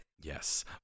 Yes